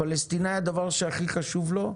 הפלסטינאי הדבר שהכי חשוב לו,